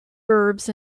verbs